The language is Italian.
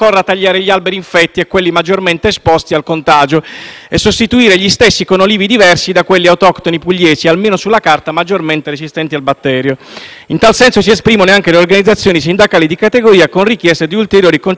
e sostituire gli stessi con olivi diversi da quelli autoctoni pugliesi e, almeno sulla carta, maggiormente resistenti al batterio. In tal senso si esprimono anche le organizzazioni sindacali di categoria, con richieste di ulteriori concessioni di fondi pubblici per l'eradicazione e la sostituzione degli olivi.